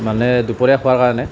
মানে দুপৰীয়া খোৱাৰ কাৰণে